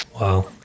Wow